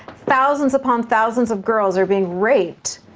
thousands upon thousands of girls are being raped.